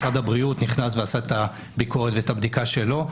משרד הבריאות נכנס ועשה את הביקורת ואת הבדיקה שלו,